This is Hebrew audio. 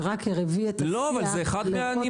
זה רק הביא את השיח --- אבל זה אחד מהנימוקים.